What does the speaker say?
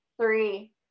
three